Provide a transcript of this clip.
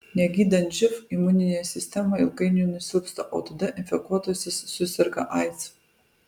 negydant živ imuninė sistema ilgainiui nusilpsta o tada infekuotasis suserga aids